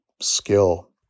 skill